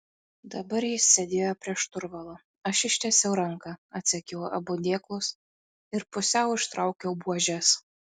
dabar jis sėdėjo prie šturvalo aš ištiesiau ranką atsegiau abu dėklus ir pusiau ištraukiau buožes